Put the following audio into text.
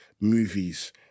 movies